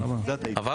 עבר?